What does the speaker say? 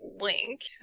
link